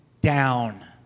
down